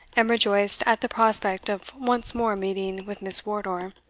and rejoiced at the prospect of once more meeting with miss wardour,